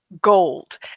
gold